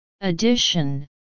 addition